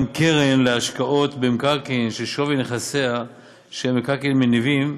קרן להשקעות במקרקעין ששווי נכסיה שהם מקרקעין מניבים,